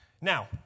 Now